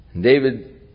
David